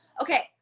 Okay